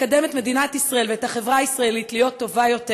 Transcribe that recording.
לקדם את מדינת ישראל ואת החברה הישראלית להיות טובה יותר,